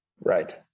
Right